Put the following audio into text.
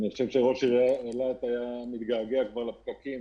ראש עיריית אילת מתגעגע לפקקים,